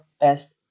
best